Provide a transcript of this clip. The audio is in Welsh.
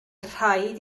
rhaid